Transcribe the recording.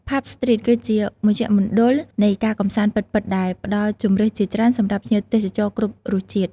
ផាប់ ស្ទ្រីត គឺជា មជ្ឈមណ្ឌលនៃការកម្សាន្ត ពិតៗ ដែលផ្ដល់ជម្រើសជាច្រើនសម្រាប់ភ្ញៀវទេសចរគ្រប់រសជាតិ។